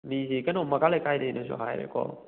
ꯃꯤꯁꯤ ꯀꯩꯅꯣ ꯃꯈꯥ ꯂꯩꯀꯥꯏ ꯗꯩꯅꯦꯁꯨ ꯍꯥꯏꯔꯦꯀꯣ